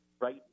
right